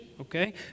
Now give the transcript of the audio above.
Okay